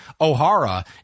Ohara